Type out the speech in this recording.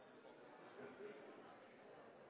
tilbake til